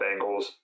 Bengals